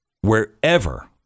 wherever